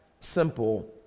simple